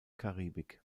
karibik